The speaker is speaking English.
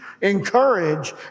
encourage